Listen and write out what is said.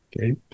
Okay